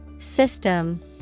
System